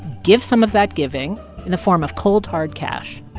give some of that giving in the form of cold, hard cash.